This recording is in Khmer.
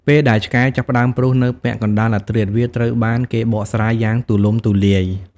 ពេលដែលឆ្កែចាប់ផ្តើមព្រុសនៅពាក់កណ្តាលអធ្រាត្រ វាត្រូវបានគេបកស្រាយយ៉ាងទូលំទូលាយ។